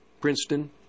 Princeton